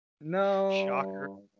no